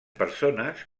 persones